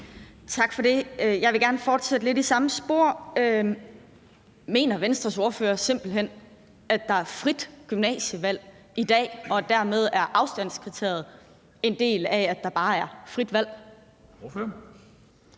Tak for det. Jeg vil gerne fortsætte lidt i samme spor. Mener Venstres ordfører simpelt hen, at der er frit gymnasievalg i dag, og at afstandskriteriet dermed er en del af, at der bare er frit valg?